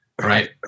right